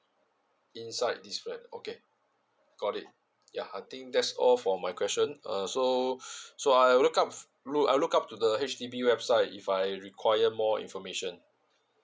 inside this web okay got it ya I think that's all for my question um so so I'll look up loo~ I look up to the H_D_B website if I require more information